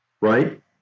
right